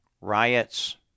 Riots